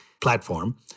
platform